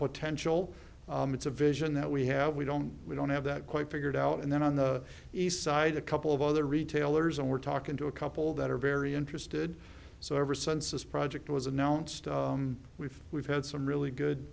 potential it's a vision that we have we don't we don't have that quite figured out and then on the east side a couple of other retailers and we're talking to a couple that are very interested so ever since this project was announced we've we've had some really good